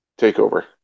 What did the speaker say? TakeOver